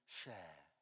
share